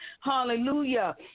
hallelujah